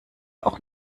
auch